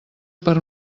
per